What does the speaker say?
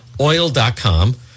oil.com